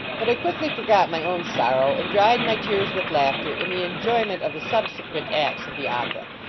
but i quickly forgot my own sorrow and dried my tears with laughter in the enjoy ment of the subsequent acts of the opera,